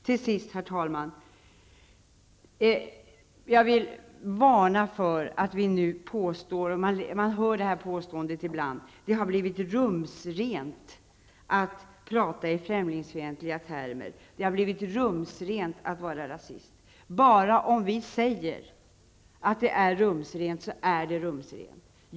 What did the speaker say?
Till sist vill jag varna för påståendet att det har blivit rumsrent att tala i främlingsfientliga termer och att vara rasist. Bara för att vi säger att det är rumsrent, kan det bli rumsrent.